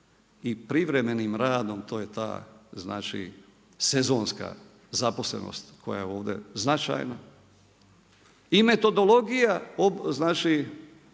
i privremenim radom, to je ta znači sezonska zaposlenost koja je ovdje značajna i metodologija znači